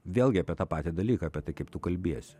vėlgi apie tą patį dalyką apie tai kaip tu kalbiesi